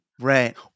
Right